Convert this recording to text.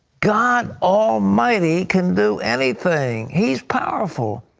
god almighty can do anything. he is powerful.